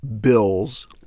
bills